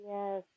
Yes